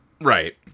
Right